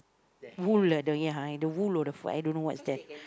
the wool ah ya the wool or the fur I don't know what's that